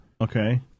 Okay